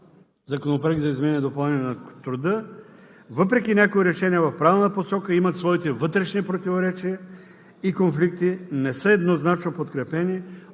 законопроект за изменение и допълнение на Кодекса на труда, въпреки някои решения в правилна посока, имат своите вътрешни противоречия и конфликти, не са еднозначно подкрепени